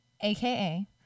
AKA